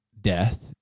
death